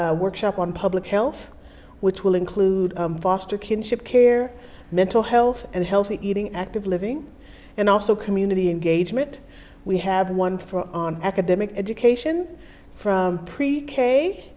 a workshop on public health which will include foster kinship care mental health and healthy eating active living and also community engagement we have one for on academic education from pre k